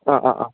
ആ ആ ആ